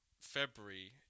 February